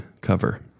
cover